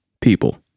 people